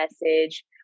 message